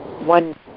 one